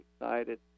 excited